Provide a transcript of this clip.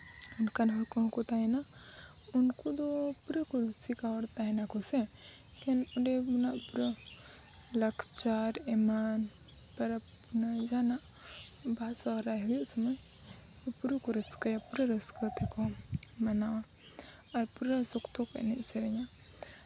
ᱚᱱᱠᱟᱱ ᱦᱚᱲ ᱠᱚᱦᱚᱸ ᱠᱚ ᱛᱟᱦᱮᱱᱟ ᱩᱱᱠᱩ ᱫᱚ ᱯᱩᱨᱟᱹ ᱨᱩᱥᱤᱠᱟ ᱦᱚᱲ ᱛᱟᱦᱮᱱᱟᱠᱚ ᱥᱮ ᱮᱠᱮᱱ ᱚᱸᱰᱮ ᱚᱱᱟ ᱯᱩᱨᱟᱹ ᱞᱟᱠᱪᱟᱨ ᱮᱢᱟᱱ ᱯᱚᱨᱚᱵᱽ ᱯᱩᱱᱟᱹᱭ ᱡᱟᱦᱟᱱᱟᱜ ᱵᱟᱦᱟ ᱥᱚᱦᱨᱟᱭ ᱦᱩᱭᱩᱜ ᱥᱚᱢᱚᱭ ᱯᱩᱨᱟᱹ ᱠᱚ ᱨᱟᱹᱥᱠᱟᱹᱭᱟ ᱯᱩᱨᱟᱹ ᱨᱟᱹᱥᱠᱟᱹ ᱛᱟᱠᱚ ᱢᱟᱱᱟᱣᱟ ᱟᱨ ᱯᱩᱨᱟᱹ ᱥᱚᱠᱛᱚ ᱠᱚ ᱮᱱᱮᱡ ᱥᱮᱨᱮᱧᱟ